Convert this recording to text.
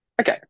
Okay